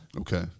Okay